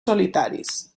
solitaris